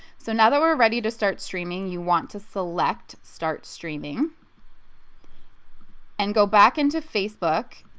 so now that we're ready to start streaming you want to select start streaming and go back into facebook